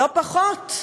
לא פחות,